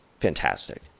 fantastic